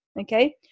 Okay